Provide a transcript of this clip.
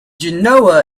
genoa